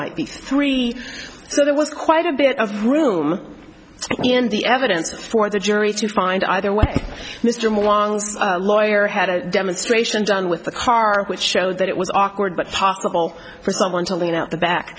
might be three so there was quite a bit of room in the evidence for the jury to find either way mr i'm a long lawyer had a demonstration done with the car which showed that it was awkward but possible for someone to lean out the back